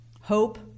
hope